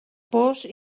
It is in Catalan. pors